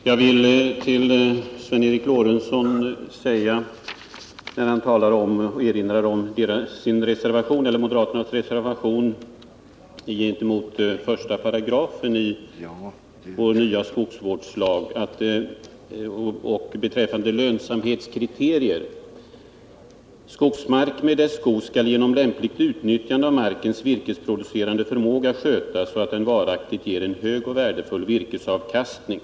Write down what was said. Herr talman! Jag vill säga några ord till Sven Eric Lorentzon, som erinrar om moderaternas reservation om lönsamhetskriterier, vilken också gäller utformningen av 1 § i förslaget till ny skogsvårdslag. 1 § föreslås få följande lydelse: ”Skogsmark med dess skog skall genom lämpligt utnyttjande av markens virkesproducerande förmåga skötas så att den varaktigt ger en hög och värdefull virkesavkastning.